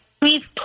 please